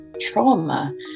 trauma